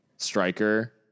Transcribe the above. striker